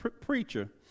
preacher